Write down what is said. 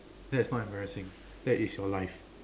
that's not embarrassing that is your life